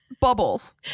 Bubbles